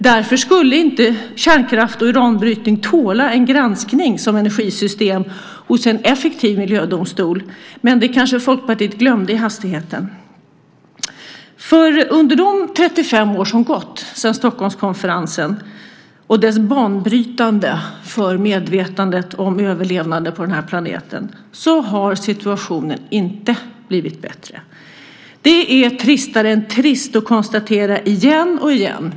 Därför skulle inte kärnkraft och uranbrytning tåla en granskning som energisystem hos en effektiv miljödomstol. Men det kanske Folkpartiet glömde i hastigheten. Under de 35 år som gått sedan Stockholmskonferensen och dess banbrytande arbete för medvetandet om överlevnaden på den här planeten har situationen inte blivit bättre. Det är tristare än trist att konstatera igen och igen.